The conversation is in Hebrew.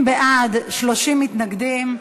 20 בעד, 30 מתנגדים.